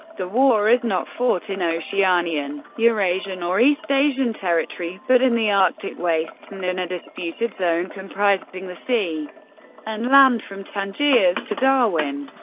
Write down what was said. the war is not fought in oceanian, eurasian or eastasian territory, but in the arctic wastes and in a disputed zone comprising the sea and land from tangiers to darwin.